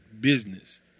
business